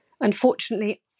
Unfortunately